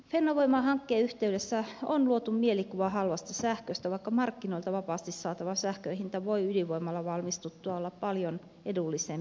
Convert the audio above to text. fennovoima hankkeen yhteydessä on luotu mielikuva halvasta sähköstä vaikka markkinoilta vapaasti saatavan sähkön hinta voi ydinvoimalan valmistuttua olla paljon edullisempi